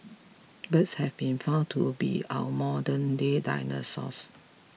birds have been found to be our modernday dinosaurs